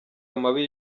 amabi